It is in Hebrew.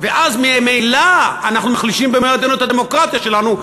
ואז ממילא אנחנו מחלישים במו-ידינו את הדמוקרטיה שלנו,